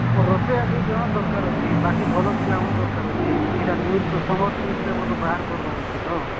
ଆମ ରୋଷେଆ ଦୁଇ ଜଣ ଦରକାର ଅଛି ବାକି ଭଲ ପିଲାଙ୍କୁ ଦରକାର ଅଛି ସେଇଟା ନ୍ୟୁଜ୍ ତମର ନ୍ୟୁଜ୍ ପେପର୍ ବାହାର କର୍ବାର ଅଛି ତ